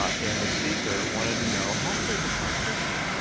ah and the speaker wanted to know how did they become christians.